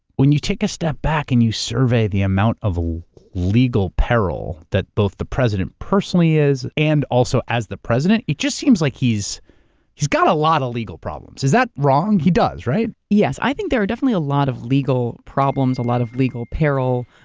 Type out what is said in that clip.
when you take a step back and you survey the amount of ah legal peril that both the president personally is and also as the president, it just seems like he's he's gotta lot of legal problems, is that wrong? he does, right? yes, i think there are definitely a lot of legal problems, a lot of legal peril.